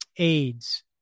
Aids